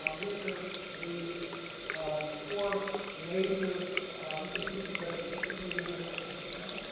um these are the four major institutions that are participating in this at this point.